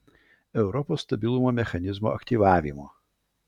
europos stabilumo mechanizmo aktyvavimo